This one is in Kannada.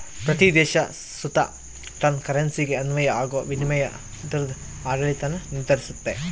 ಪ್ರತೀ ದೇಶ ಸುತ ತನ್ ಕರೆನ್ಸಿಗೆ ಅನ್ವಯ ಆಗೋ ವಿನಿಮಯ ದರುದ್ ಆಡಳಿತಾನ ನಿರ್ಧರಿಸ್ತತೆ